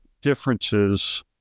differences